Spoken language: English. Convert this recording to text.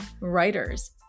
writers